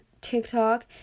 tiktok